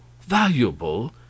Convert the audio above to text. Valuable